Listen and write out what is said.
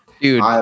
Dude